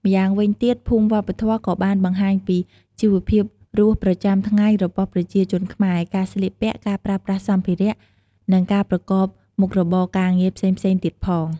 ម្យ៉ាងវិញទៀតភូមិវប្បធម៌ក៏បានបង្ហាញពីជីវភាពរស់ប្រចាំថ្ងៃរបស់ប្រជាជនខ្មែរ ការស្លៀកពាក់ ការប្រើប្រាស់សម្ភារៈ និងការប្រកបមុខរបរការងារផ្សេងៗទៀតផង។